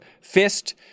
Fist